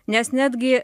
nes netgi